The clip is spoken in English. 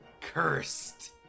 Cursed